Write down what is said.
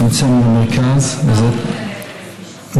הצטמצם הפער עם המרכז, וזה, מה?